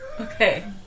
Okay